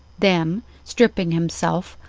then, stripping himself,